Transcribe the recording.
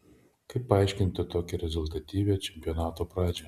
kaip paaiškinti tokią rezultatyvią čempionato pradžią